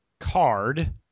card